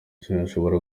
sinshobora